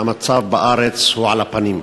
המצב בארץ הוא על הפנים.